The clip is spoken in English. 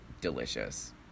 delicious